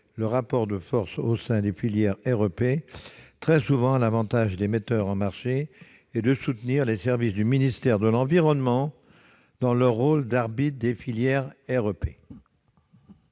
le rapport de force au sein des filières REP, très souvent à l'avantage des metteurs en marché, et de soutenir les services du ministère de l'environnement dans leur rôle d'arbitre des filières REP.